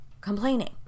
complaining